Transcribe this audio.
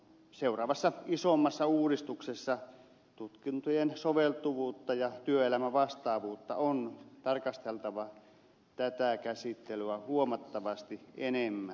seuraavassa isommassa uudistuksessa tutkintojen soveltuvuutta ja työelämävastaavuutta on tarkasteltava tätä käsittelyä huomattavasti enemmän